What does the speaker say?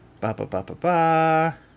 Ba-ba-ba-ba-ba